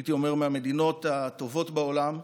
הייתי אומר, מהמדינות הטובות בעולם.